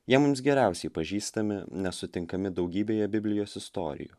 jie mums geriausiai pažįstami nes sutinkami daugybėje biblijos istorijų